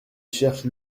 cherche